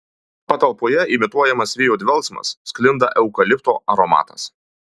patalpoje imituojamas vėjo dvelksmas sklinda eukalipto aromatas